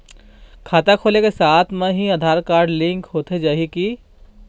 खाता खोले के साथ म ही आधार कारड लिंक होथे जाही की?